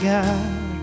God